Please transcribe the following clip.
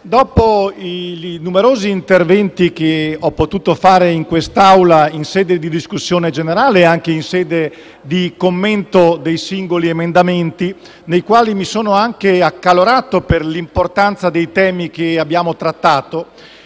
dopo i numerosi interventi che ho potuto fare in quest'Aula in discussione generale e in sede di illustrazione dei singoli emendamenti, nei quali mi sono anche accalorato per l'importanza dei temi che abbiamo trattato,